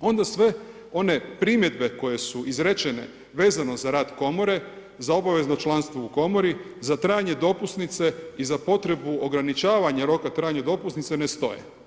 onda sve one primjedbe koje su izrečene vezano za rad komore, za obavezno članstvo u komori, za trajanje dopusnice i za potrebu ograničavanja rok trajanja dopusnice, ne stoje.